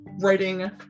writing